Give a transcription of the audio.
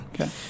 Okay